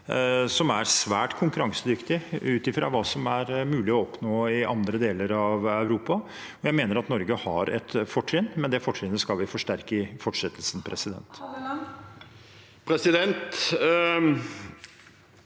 som er svært konkurransedyktig ut fra hva som er mulig å oppnå i andre deler av Euro pa. Jeg mener at Norge har et fortrinn, men det fortrinnet skal vi forsterke i fortsettelsen. Terje